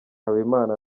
habimana